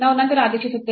ನಾವು ನಂತರ ಆದೇಶಿಸುತ್ತೇವೆ